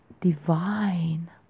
divine